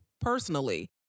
personally